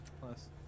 plus